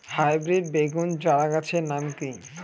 Hybrid বেগুন চারাগাছের নাম কি?